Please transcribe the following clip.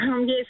Yes